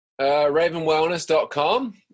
Ravenwellness.com